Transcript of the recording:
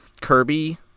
Kirby